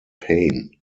pain